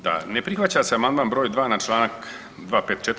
Da, ne prihvaća se Amandman broj 2. na Članak 254.